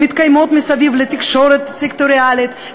הן מתקיימות מסביב לתקשורת סקטוריאלית,